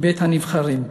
מבית-הנבחרים,